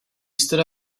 stood